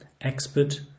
expert